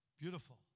Beautiful